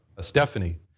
Stephanie